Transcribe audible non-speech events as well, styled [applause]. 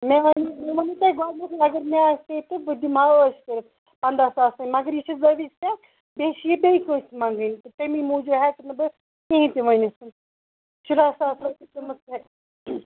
[unintelligible] مےٚ ووٚنوٕ تۄہہِ گۄڈٕنیٚتھٕے اگر مےٚ آسہِ ہے تہٕ بہٕ دِمہٕ ہاو ٲش کٔرِتھ پنٛداہ ساس تانۍ مگر یہِ چھِ زٲوِج سیٚکھ بیٚیہِ چھِ یہِ بیٚیہِ کٲنٛسہِ منٛگٕنۍ تہٕ تٔمے موٗجوٗب ہیٚکہٕ نہٕ بہٕ کِہیٖنۍ تہِ ؤنِتھ شُراہ ساس رۄپیہِ چھِ [unintelligible]